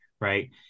Right